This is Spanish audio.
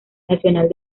nacional